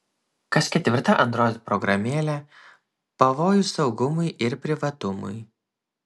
kas ketvirta android programėlė pavojus saugumui ir privatumui